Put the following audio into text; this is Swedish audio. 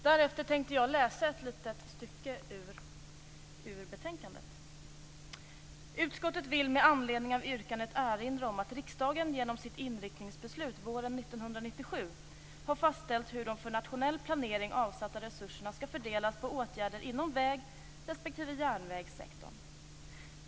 Därefter tänkte jag läsa ett litet stycke ur betänkandet: Utskottet vill med anledning av yrkandet erinra om att riksdagen genom sitt inriktningsbeslut våren 1997 har fastställt hur de för nationell planering avsatta resurserna skall fördelas på åtgärder inom väg respektive järnvägssektorn.